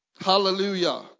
Hallelujah